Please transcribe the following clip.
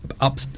up